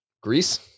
Greece